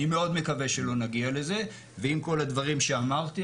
אני מאוד קווה שלא נגיע לזה ועם כל הדברים שאמרתי,